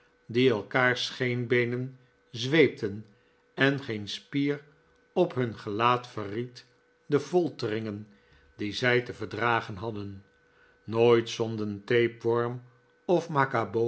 die elkaars scheenbeenen zweepten en geen spier op hun gelaat verried de folteringen die zij te verdragen hadden nooit zonden tapeworm of macabau